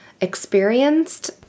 experienced